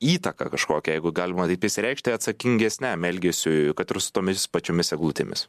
įtaką kažkokią jeigu galima taip išsireikšti atsakingesniam elgesiui kad ir su tomis pačiomis eglutėmis